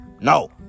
no